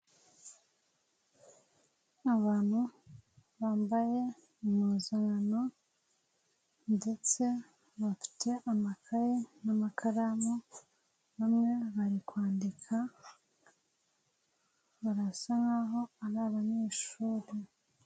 Abantu bambaye impuzangano ndetse bafite amakaye n'amakaramu, bamwe bari kwandika barasa nk'aho ari abanyeshuri.